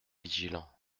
vigilants